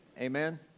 amen